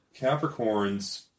Capricorns